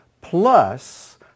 plus